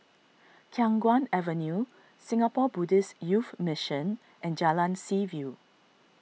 Khiang Guan Avenue Singapore Buddhist Youth Mission and Jalan Seaview